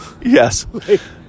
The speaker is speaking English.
Yes